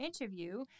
interview